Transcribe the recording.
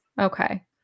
Okay